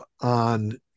on